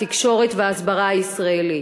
התקשורת וההסברה של ישראל.